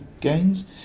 gains